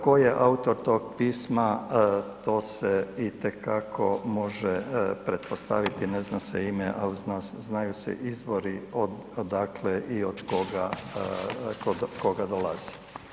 Ko je autor tog pisma, to se itekako može pretpostaviti, ne zna se ime, al zna se, znaju se izvori odakle i od koga, od koga dolazi.